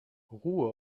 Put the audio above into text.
ruhe